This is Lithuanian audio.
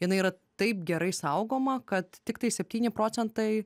jinai yra taip gerai saugoma kad tiktai septyni procentai